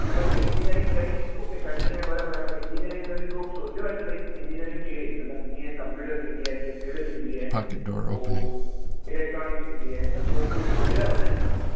न but engineering कई तोखे करिणी आहे बरोबर आहे पर इंजीनियरिंग में बि तो सोचियो आहे की भाई इंजीनियरिंग कहिड़े मतलबु जीअं कंप्यूटर थींदी आहे की सिविल थींदी आहे हू इलेक्ट्रॉनिक्स थींदी आहे त तो कुझु सोचियो आहे उन जे हिसाबु सां